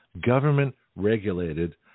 government-regulated